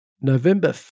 November